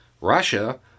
Russia